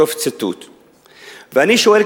ואני שואל,